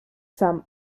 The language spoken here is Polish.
sam